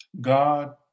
God